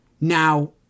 Now